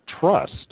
trust